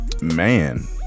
Man